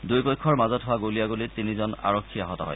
দুয়োপক্ষৰ মাজত হোৱা গুলীয়াগুলীত তিনিজন আৰক্ষী আহত হয়